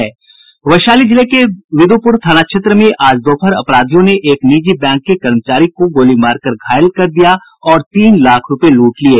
वैशाली जिले के बिदुपुर थाना क्षेत्र में आज दोपहर अपराधियों ने एक निजी बैंक के एक कर्मचारी को गोली मारकर घायल कर दिया और तीन लाख रुपये लूट लिये